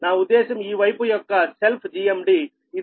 నా ఉద్దేశం ఈ వైపు యొక్క సెల్ఫ్ GMD